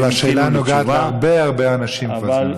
אבל השאלה נוגעת להרבה הרבה אנשים, כבוד סגן